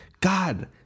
God